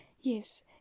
Yes